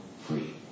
free